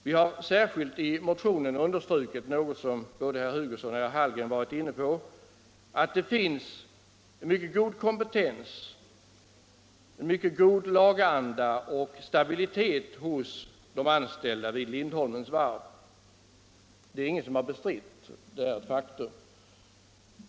Vi har i motionen särskilt understrukit något som både herr Hugosson och herr Hallgren varit inne på, nämligen att det finns mycket god kompetens, mycket god laganda och stabilitet hos de anställda vid Lindholmens Varv. Det är ingen som har bestritt detta faktum.